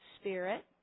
spirit